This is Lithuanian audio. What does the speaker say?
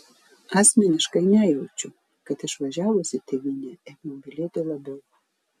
asmeniškai nejaučiu kad išvažiavusi tėvynę ėmiau mylėti labiau